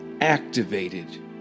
activated